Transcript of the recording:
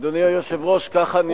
אדוני היושב-ראש, כך אני עושה.